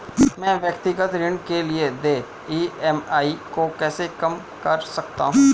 मैं व्यक्तिगत ऋण के लिए देय ई.एम.आई को कैसे कम कर सकता हूँ?